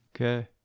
Okay